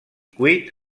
cuit